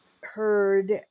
heard